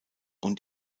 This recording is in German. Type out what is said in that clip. und